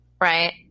right